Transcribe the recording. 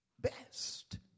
best